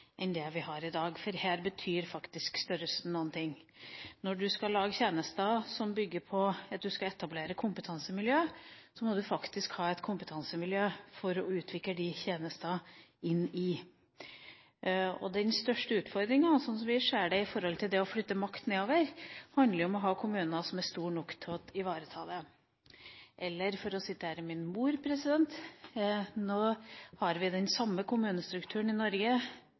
enn det vi har i dag, for her betyr faktisk størrelsen noe. Når man skal lage tjenester som bygger på at man skal etablere kompetansemiljø, må man faktisk ha et kompetansemiljø å utvikle de tjenestene i. Den største utfordringa, sånn som vi ser det, når det gjelder å flytte makt nedover, handler om å ha kommuner som er store nok til å ivareta dem. Eller for å sitere min mor: Vi har den samme kommunestrukturen i Norge